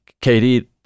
Katie